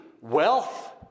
wealth